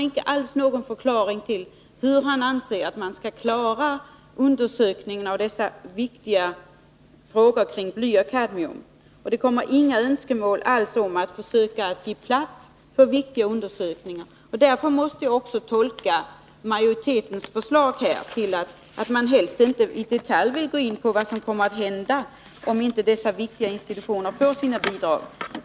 Han förklarar inte alls hur han anser att man skall klara de viktiga undersökningarna beträffande bly och kadmium, och han framför inga önskemål alls om att vi skall försöka göra plats för viktiga undersökningar. Därför måste jag också tolka majoritetens förslag så att majoriteten helst inte vill i detalj gå in på vad som kommer att hända om inte dessa viktiga institutioner får sina bidrag.